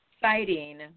citing